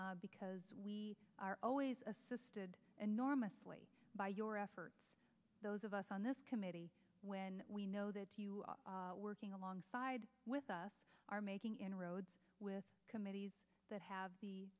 because we are always assisted enormously by your efforts those of us on this committee when we know that working alongside with us are making inroads with committees that have